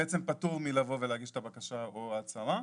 בעצם פטור מלבוא ולהגיש את הבקשה או ההצהרה.